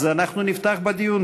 אנחנו נפתח בדיון.